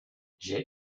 j’ai